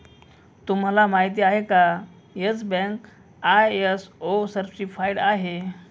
तुम्हाला माहिती आहे का, येस बँक आय.एस.ओ सर्टिफाइड आहे